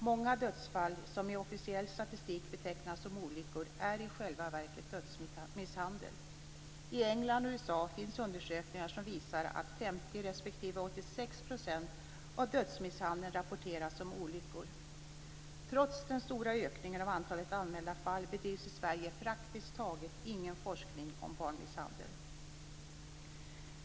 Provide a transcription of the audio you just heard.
Många dödsfall som i officiell statistik betecknas som olyckor är i själva verket dödsmisshandel. I England och USA finns undersökningar som visar att 50 % respektive 86 % av dödsmisshandeln rapporteras som olyckor. Trots den stora ökningen av antalet anmälda fall bedrivs i Sverige praktiskt taget ingen forskning om barnmisshandel.